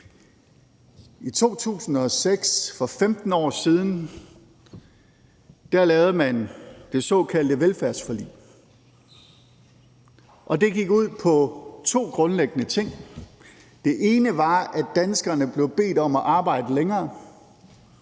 I 2006, for 15 år siden, lavede man det såkaldte velfærdsforlig, og det gik ud på to grundlæggende ting. Den ene var, at danskerne blev bedt om at arbejde længere,